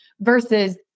versus